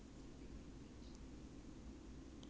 对 hor 你有 rebond 过 hor